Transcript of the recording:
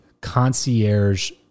concierge